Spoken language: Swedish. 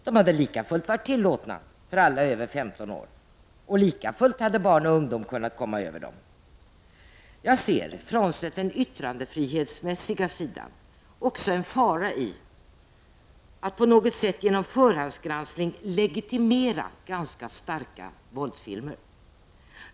De hade likafullt varit tillåtna för alla över 15 år, och likafullt hade barn och ungdom kommit över dem. Jag ser frånsett den yttrandefrihetsmässiga sidan också en fara i att på något sätt genom förhandsgranskning legitimera ganska starka våldsfilmer.